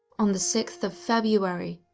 on the sixth of february,